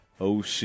OC